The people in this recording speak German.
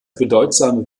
bedeutsame